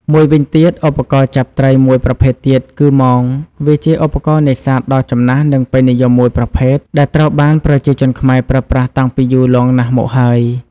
មួយវិញទៀតឧបករណ៍ចាប់ត្រីមួយប្រភេទទៀតគឺមង វាជាឧបករណ៍នេសាទដ៏ចំណាស់និងពេញនិយមមួយប្រភេទ ដែលត្រូវបានប្រជាជនខ្មែរប្រើប្រាស់តាំងពីយូរលង់ណាស់មកហើយ។